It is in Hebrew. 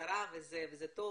השרה וזה טוב,